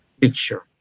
picture